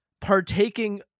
partaking